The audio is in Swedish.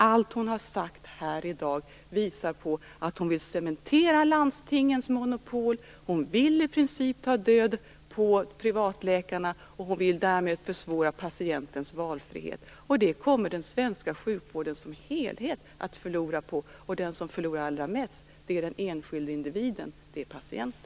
Allt hon har sagt här i dag visar att hon vill cementera landstingens monopol, att hon i princip vill ta död på privatläkarna och att hon därmed vill försvåra patientens valfrihet. Detta kommer den svenska sjukvården som helhet att förlora på, och den som förlorar allra mest är den enskilde individen - patienten.